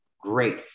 great